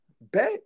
bet